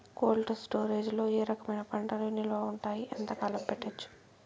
Cold storage లో ఏ రకమైన పంటలు నిలువ ఉంటాయి, ఎంతకాలం పెట్టొచ్చు?